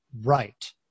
right